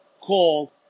called